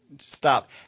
Stop